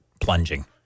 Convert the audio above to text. plunging